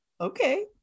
Okay